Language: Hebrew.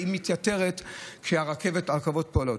שמתייתרת כשהרכבות פועלות,